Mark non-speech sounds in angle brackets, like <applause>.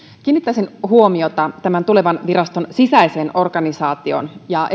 kiinnittäisin huomiota tämän tulevan viraston sisäiseen organisaatioon ja <unintelligible>